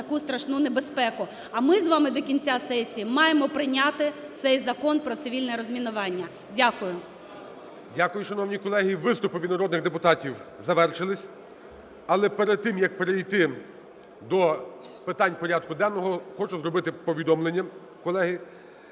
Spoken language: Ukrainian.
Дякую, шановні колеги. Виступи від народних депутатів завершились. Але перед тим, як перейти до питань порядку денного, хочу зробити повідомлення, колеги.